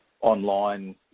online